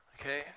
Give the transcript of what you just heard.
Okay